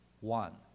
one